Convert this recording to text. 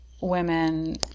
women